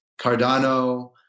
Cardano